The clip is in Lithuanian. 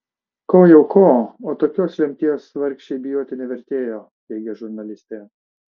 ko jau ko o tokios lemties vargšei bijoti nevertėjo teigia žurnalistė